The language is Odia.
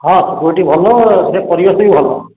ହଁ ସିକ୍ୟୁରିଟି ଭଲ ସେ ପରିବେଶ ବି ଭଲ